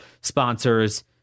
sponsors